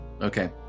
Okay